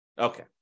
Okay